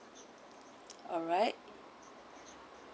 alright